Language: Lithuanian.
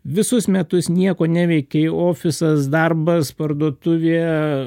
visus metus nieko neveiki ofisas darbas parduotuvėje